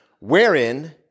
wherein